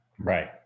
Right